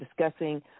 discussing